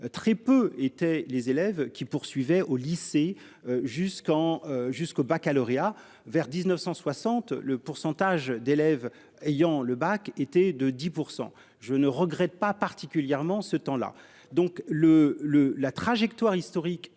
très peu étaient les élèves qui poursuivait au lycée. Jusqu'en, jusqu'au Baccalauréat vers 1960. Le pourcentage d'élèves ayant le bac était de 10%. Je ne regrette pas particulièrement ce temps là donc le le la trajectoire historique